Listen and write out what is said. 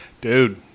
Dude